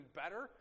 better